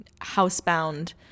housebound